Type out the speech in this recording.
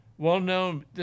Well-known